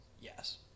yes